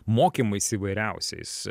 mokymais įvairiausiais